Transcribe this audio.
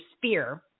sphere